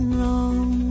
wrong